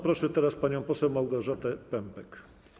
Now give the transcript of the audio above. Proszę teraz panią poseł Małgorzatę Pępek.